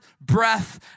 breath